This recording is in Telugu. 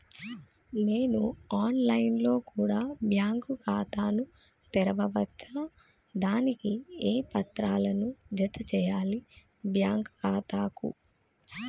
నేను ఆన్ లైన్ లో కూడా బ్యాంకు ఖాతా ను తెరవ వచ్చా? దానికి ఏ పత్రాలను జత చేయాలి బ్యాంకు ఖాతాకు?